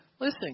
listen